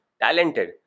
talented